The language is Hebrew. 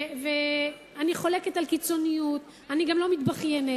ואני חולקת על קיצוניות ואני גם לא מתבכיינת,